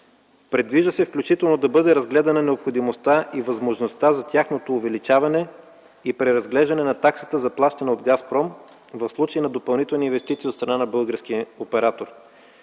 Предвижда се включително да бъде разгледана необходимостта и възможността за тяхното увеличаване и преразглеждане на таксата за плащане от „Газпром” в случай на допълнителни инвестиции от страна на българския оператор.